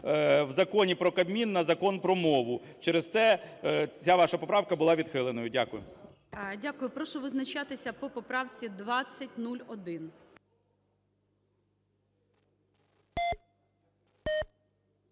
в Законі про Кабмін на Закон про мову. Через те ця ваша поправка була відхиленою. Дякую. ГОЛОВУЮЧИЙ. Дякую. Прошу визначатися по поправці 2001.